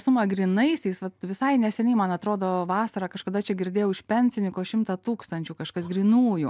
sumą grynaisiais vat visai neseniai man atrodo vasarą kažkada čia girdėjau iš pensininko šimtą tūkstančių kažkas grynųjų